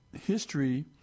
history